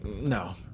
no